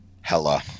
Hella